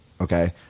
okay